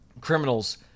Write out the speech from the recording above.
criminals